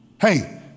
Hey